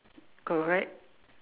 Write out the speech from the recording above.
correct